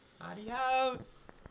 Adios